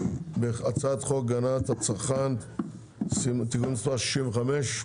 בהצעת חוק הגנת הצרכן (תיקון מס' 65)